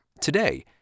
today